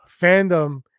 fandom